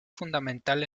fundamental